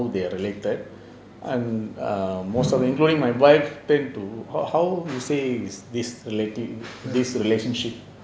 they are related and most of them including my wife tend to how you say this rela~ this relationship